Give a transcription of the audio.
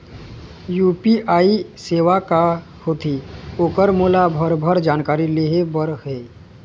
UPI सेवा का होथे ओकर मोला भरभर जानकारी लेहे बर हे?